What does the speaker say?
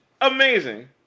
amazing